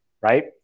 Right